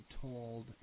told